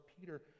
Peter